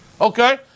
Okay